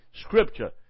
scripture